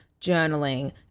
journaling